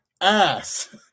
ass